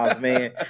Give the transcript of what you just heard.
man